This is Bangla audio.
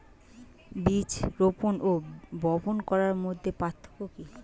বীজ রোপন ও বপন করার মধ্যে পার্থক্য কি?